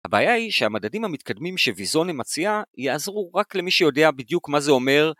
הבעיה היא שהמדדים המתקדמים שוויזון מציע יעזרו רק למי שיודע בדיוק מה זה אומר